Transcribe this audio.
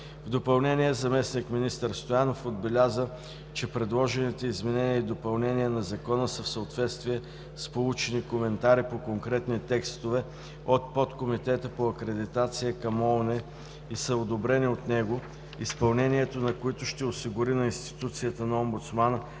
В допълнение заместник-министър Стоянов отбеляза, че предложените изменения и допълнения на Закона са в съответствие с получени коментари по конкретните текстове от Подкомитета по акредитацията към ООН и са одобрени от него, изпълнението на които ще осигури на институцията на Омбудсмана